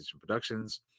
Productions